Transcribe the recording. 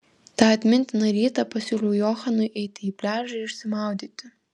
tą atmintiną rytą pasiūliau johanui eiti į pliažą išsimaudyti